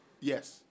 Yes